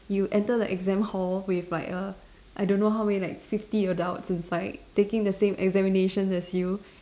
you enter the exam hall with like err I don't know how many like fifty adults inside taking the same examination as you